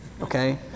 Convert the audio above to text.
Okay